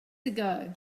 ago